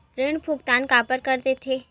ऋण भुक्तान काबर कर थे?